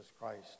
Christ